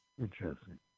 interesting